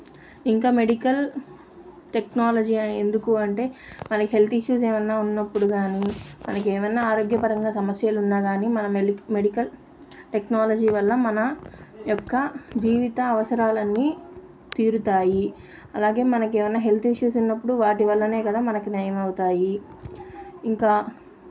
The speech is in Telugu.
ఇంకా మెడికల్ టెక్నాలజీ ఎందుకు అంటే మనకి హెల్త్ ఇష్యూస్ ఏమైనా ఉన్నప్పుడు కానీ మనకేమైనా ఆరోగ్యపరంగా సమస్యలున్నా కానీ మన మెడి మెడికల్ ప్ టెక్నాలజీ వల్ల మన యొక్క జీవిత అవసరాలన్నీ తీరుతాయి అలాగే మనకేమైనా హెల్త్ ఇష్యూస్ ఉన్నప్పుడు వాటి వల్లనే కదా మనకి నయమవుతాయి ఇంకా